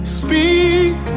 speak